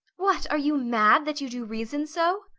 what, are you mad, that you do reason so?